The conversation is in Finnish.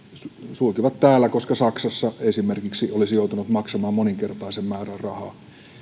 sulkivat täällä koska esimerkiksi saksassa olisi joutunut maksamaan moninkertaisen määrän rahaa